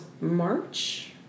March